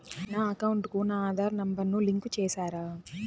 నా అకౌంట్ కు నా ఆధార్ నెంబర్ ను లింకు చేసారా